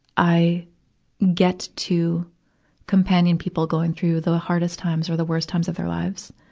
i get to companion people going through the hardest times or the worst times of their lives.